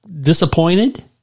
disappointed